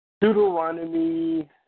Deuteronomy